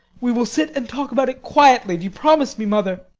we will sit and talk about it quietly. do you promise me, mother?